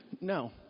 No